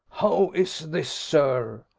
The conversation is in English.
how is this, sir?